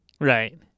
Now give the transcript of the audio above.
Right